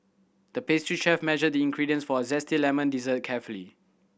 the pastry chef measured the ingredients for a zesty lemon dessert carefully